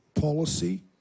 policy